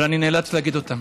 אבל אני נאלץ להגיד אותם.